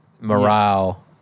morale